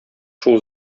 шул